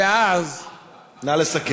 ואז, בבקשה,